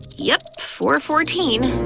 yep, four-fourteen!